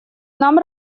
нам